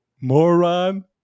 moron